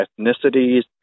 ethnicities